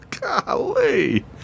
golly